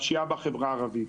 שהוא הפשיעה בחברה הערבית.